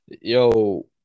Yo